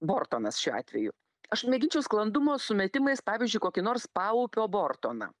bortonas šiuo atveju aš mėginčiau sklandumo sumetimais pavyzdžiui kokį nors paupio bortoną